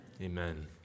Amen